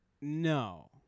No